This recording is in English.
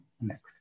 next